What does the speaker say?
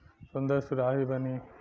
सुन्दर सुराही बनी